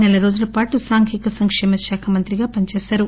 నెల రోజులపాటు సాంఘిక సంకేమ శాఖ మంత్రిగా పనిచేశారు